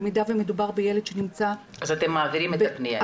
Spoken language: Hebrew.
במידה ומדובר בילד שנמצא --- אז אתם מעבירים את הפניה,